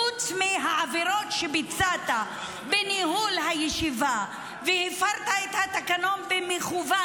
חוץ מהעבירות שביצעת בניהול הישיבה והפרת את התקנון במכוון,